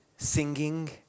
Singing